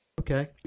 okay